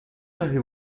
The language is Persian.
خواهی